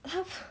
他